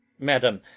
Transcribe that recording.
madam,